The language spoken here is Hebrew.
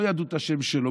לא ידעו את השם שלו,